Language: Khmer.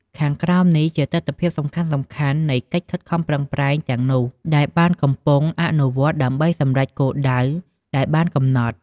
ខាងក្រោមនេះជាទិដ្ឋភាពសំខាន់ៗនៃ កិច្ចខិតខំប្រឹងប្រែងទាំងនោះ ដែលបាននិងកំពុងអនុវត្តដើម្បីសម្រេចគោលដៅដែលបានកំណត់។